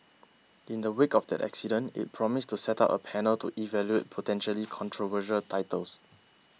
in the wake of that incident it promised to set up a panel to evaluate potentially controversial titles